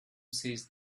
says